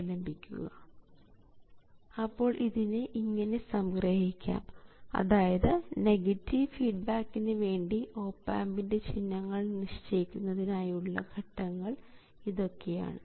അപ്പോൾ ഇതിനെ ഇങ്ങനെ സംഗ്രഹിക്കാം അതായത് നെഗറ്റീവ് ഫീഡ്ബാക്കിന് വേണ്ടി ഓപ് ആമ്പിൻറെ ചിഹ്നങ്ങൾ നിശ്ചയിക്കുന്നതിനായുള്ള ഘട്ടങ്ങൾ ഇതൊക്കെയാണ്